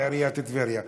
על עיריית טבריה.